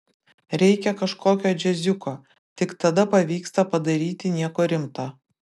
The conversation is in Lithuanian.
reikia kažkokio džiaziuko tik tada pavyksta padaryti nieko rimto